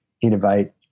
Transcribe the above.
innovate